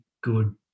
good